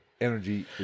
energy